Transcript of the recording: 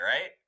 right